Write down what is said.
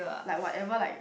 like whatever like